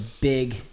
big